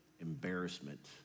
embarrassment